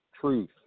truth